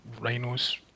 rhinos